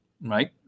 right